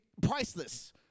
priceless